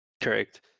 Correct